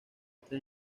tren